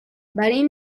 venim